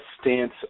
stance